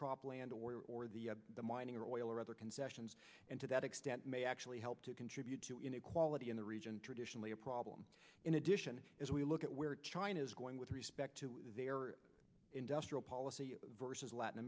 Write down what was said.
crop land or or the mining or oil or other concessions and to that extent may actually help to contribute to inequality in the region traditionally a problem in addition as we look at where china is going with respect to industrial policy versus latin